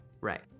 Right